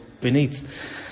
beneath